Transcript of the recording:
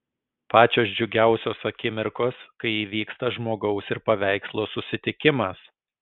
pačios džiugiausios akimirkos kai įvyksta žmogaus ir paveikslo susitikimas